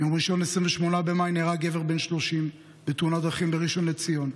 ביום ראשון 28 במאי נהרג גבר בן 30 בתאונת דרכים בראשון לציון,